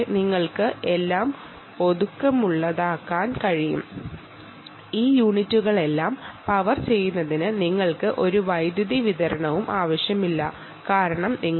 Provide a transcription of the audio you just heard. ഒരു mobile phone UART USB port എടുക്കുകയാണെങ്കിൽ ഈ യൂണിറ്റുകൾക്കെല്ലാം വൈദ്യുതി വിതരണവും ആവശ്യം വരുന്നില്ല